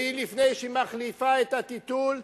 והיא, לפני שהיא מחליפה את הטיטול,